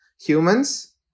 Humans